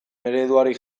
ereduari